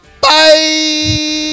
Bye